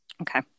Okay